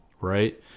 right